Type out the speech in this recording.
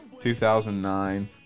2009